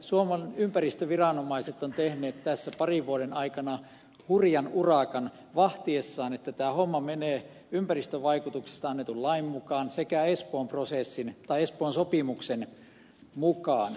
suomen ympäristöviranomaiset ovat tehneet tässä parin vuoden aikana hurjan urakan vahtiessaan että tämä homma menee ympäristövaikutuksista annetun lain mukaan sekä espoon sopimuksen mukaan